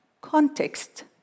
context